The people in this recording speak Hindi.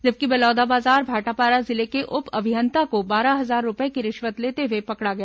जबकि बलौदाबाजार भाटापारा जिले के उप अभियंता को बारह हजार रूपए की रिश्वत लेते हुए पकड़ा गया